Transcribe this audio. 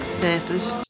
Papers